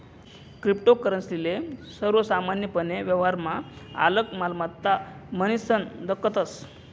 cryptocurrency ले सर्वसामान्यपने व्यवहारमा आलक मालमत्ता म्हनीसन दखतस